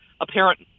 apparent